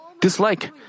dislike